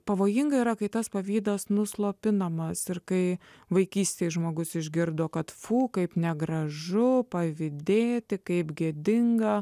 pavojinga yra kai tas pavydas nuslopinamas ir kai vaikystėj žmogus išgirdo kad fu kaip negražu pavydėti kaip gėdinga